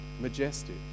Majestic